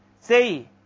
Say